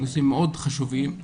שהם נושאים חשובים מאוד,